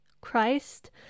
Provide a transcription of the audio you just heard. Christ